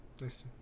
Nice